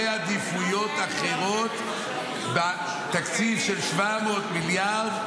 עדיפויות אחרים בתקציב של 700 מיליארד.